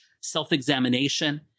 self-examination